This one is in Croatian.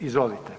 Izvolite.